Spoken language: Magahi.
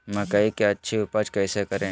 मकई की अच्छी उपज कैसे करे?